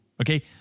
okay